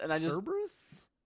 Cerberus